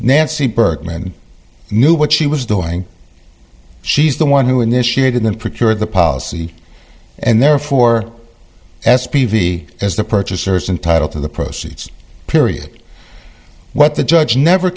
nancy berkman knew what she was doing she's the one who initiated the picture of the policy and therefore s p v as the purchasers entitled to the proceeds period what the judge never